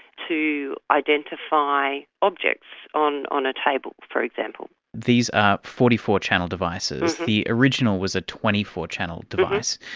to identify objects on on a table, for example. these are forty four channel devices. the original was a twenty four channel device.